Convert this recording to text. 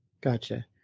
Gotcha